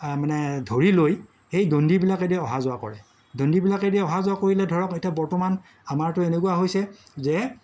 মানে ধৰি লৈ সেই দণ্ডিবিলাকেদি অহা যোৱা কৰে দণ্ডিবিলাকেদি অহা যোৱা কৰিলে ধৰক এতিয়া বৰ্তমান আমাৰতো এনেকুৱা হৈছে যে